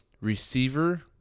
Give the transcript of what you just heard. receiver